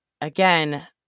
Again